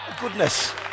goodness